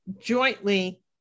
jointly